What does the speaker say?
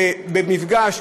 במפגש,